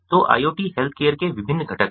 तो IoT healthcare के विभिन्न घटक हैं